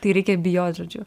tai reikia bijot žodžiu